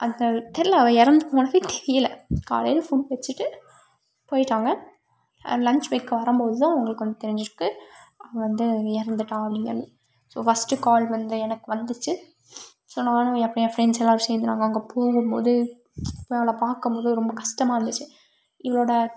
அந்த தெரியல அவள் இறந்து போனதே தெரியல காலையில் ஃபுட் வச்சுட்டு போய்விட்டாங்க லஞ்ச் வைக்க வரும்போது தான் அவங்களுக்கு வந்து தெரிஞ்சுருக்கு அவள் வந்து இறந்துட்டா அப்படிங்கிறது ஸோ ஃபஸ்ட்டு கால் வந்து எனக்கு வந்துச்சு ஸோ நானும் என் ஃப்ரெண்ட்ஸ் எல்லாேரும் சேர்ந்து நாங்கள் அங்கே போகும்போது நான் அவளை பார்க்கும் போது ரொம்ப கஷ்டமா இருந்துச்சு இவளோட